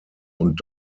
und